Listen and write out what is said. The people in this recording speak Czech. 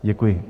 Děkuji.